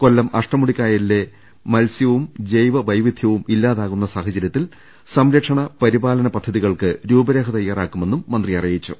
കൊല്ലം അഷ്ടമുടി കായലിലെ മത്സ്യവും ജൈവ വൈവിധൃവും ഇല്ലാതാകുന്ന സാഹചര്യത്തിൽ സംരക്ഷണ പരിപാ ലന പദ്ധതിക്ക് രൂപരേഖ തയാറാക്കുമെന്നും മന്ത്രി അറിയിച്ചു